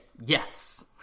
yes